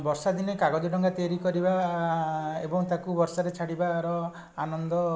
ବର୍ଷାଦିନେ କାଗଜ ଡଙ୍ଗା ତିଆରି କରିବା ଏବଂ ତାକୁ ବର୍ଷାରେ ଛାଡ଼ିବାର ଆନନ୍ଦ